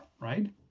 right